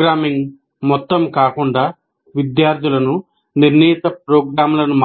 programming మొత్తం కాకుండా విద్యార్థులను నిర్ణీత ప్రోగ్రామ్లను